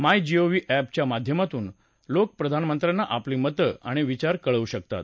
माय GOV एपच्या माध्यमातून लोक प्रधानमंत्र्यांना आपली मतं आणि विचार कळवू शकतात